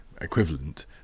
equivalent